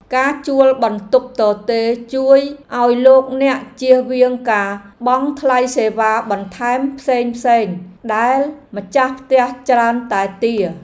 ការជួលបន្ទប់ទទេរជួយឱ្យលោកអ្នកជៀសវាងការបង់ថ្លៃសេវាបន្ថែមផ្សេងៗដែលម្ចាស់ផ្ទះច្រើនតែទារ។